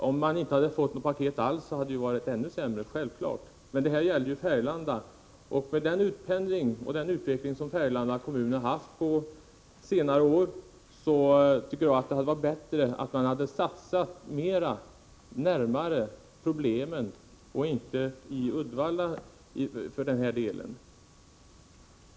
Om det inte kommit något paket alls, så hade det naturligtvis varit ännu sämre. Men nu gäller det ju Färgelanda, och med den utpendling och den utveckling i övrigt som Färgelanda haft under senare år tycker jag att det varit bättre att man hade satsat mera pengar närmare problemen och inte bara i Uddevalla.